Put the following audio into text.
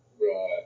Right